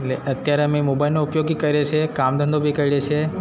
એટલે અત્યારે અમે મોબાઈલનો ઉપયોગી કરીએ છીએ કામ ધંધો બી કરીએ છીએ